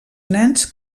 nens